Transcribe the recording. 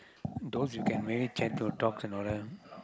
those you can really chat to talk and all that